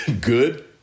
good